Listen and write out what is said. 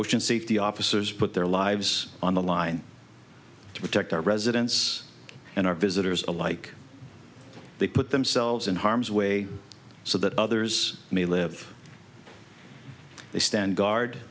ocean safety officers put their lives on the line to protect our residents and our visitors alike they put themselves in harm's way so that others may live they stand guard